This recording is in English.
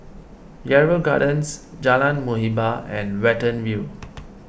Yarrow Gardens Jalan Muhibbah and Watten View